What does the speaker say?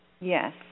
Yes